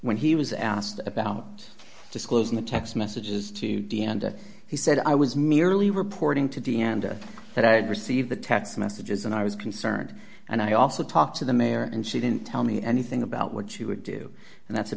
when he was asked about disclosing the text messages to dnd he said i was merely reporting to the end that i had received the text messages and i was concerned and i also talked to the mayor and she didn't tell me anything about what she would do and that's a